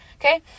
Okay